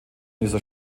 dieser